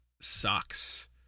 sucks